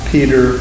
Peter